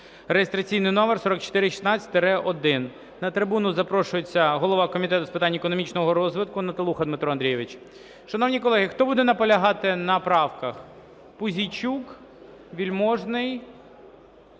(реєстраційний номер 4416-1). На трибуну запрошується голова Комітету з питань економічного розвитку Наталуха Дмитро Андрійович. Шановні колеги, хто буде наполягати на правках? Пузійчук, Вельможний,